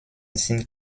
sind